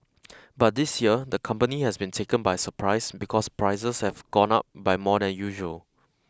but this year the company has been taken by surprise because prices have gone up by more than usual